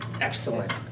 Excellent